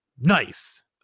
nice